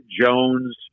Jones